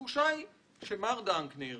התחושה היא שמר דנקנר